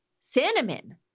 Cinnamon